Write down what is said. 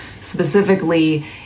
Specifically